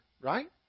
right